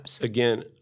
Again